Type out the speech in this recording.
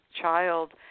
child